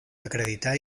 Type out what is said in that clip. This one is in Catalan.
acreditar